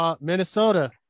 Minnesota